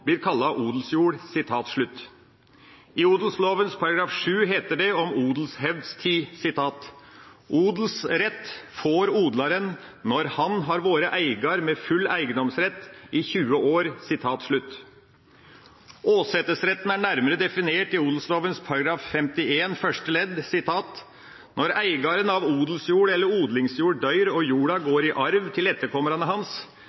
blir kalla odelsjord.» I odelsloven § 7 heter det om odelshevdstid: «Odelsrett får odlaren når han har vore eigar med full eigedomsrett i 20 år.» Åsetesretten er nærmere definert i odelsloven § 51 første ledd: «Når eigaren av odelsjord eller odlingsjord døyr og jorda går i arv til etterkomarane hans,